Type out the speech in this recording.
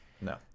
No